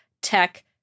Tech